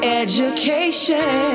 education